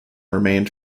remained